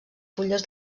fulles